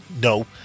No